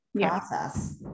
process